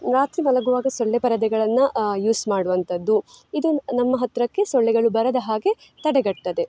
ರಾತ್ರಿ ಮಲಗುವಾಗ ಸೊಳ್ಳೆ ಪರದೆಗಳನ್ನು ಯೂಸ್ ಮಾಡುವಂತದ್ದು ಇದು ನಮ್ಮ ಹತ್ತಿರಕ್ಕೆ ಸೊಳ್ಳೆಗಳು ಬರದ ಹಾಗೇ ತಡೆಗಟ್ತದೆ